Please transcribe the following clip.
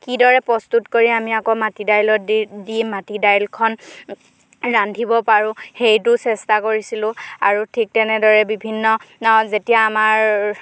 কিদৰে প্ৰস্তুত কৰি আমি আকৌ মাটি দাইলত দি দি মাটি দাইলখন ৰান্ধিব পাৰোঁ সেইটো চেষ্টা কৰিছিলোঁ আৰু ঠিক তেনেদৰে বিভিন্ন যেতিয়া আমাৰ